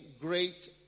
great